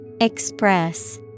Express